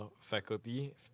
faculty